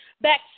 back